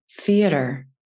theater